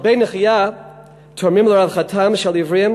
כלבי נחייה תורמים לרווחתם של עיוורים